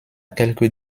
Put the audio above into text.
quelques